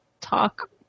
talk